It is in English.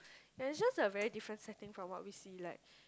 ya it's just a very different setting from what we see like